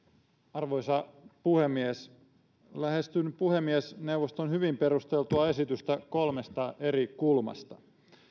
arvoisa puhemies lähestyn puhemiesneuvoston hyvin perusteltua esitystä kolmesta eri kulmasta